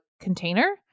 container